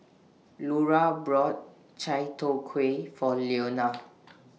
Lura bought Chai Tow Kway For Leona